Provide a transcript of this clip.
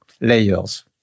layers